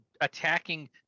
attacking